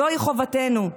זוהי חובתנו.